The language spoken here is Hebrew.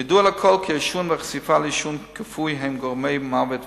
ידוע לכול כי העישון והחשיפה לעישון כפוי הם גורמי מוות ותחלואה,